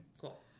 Cool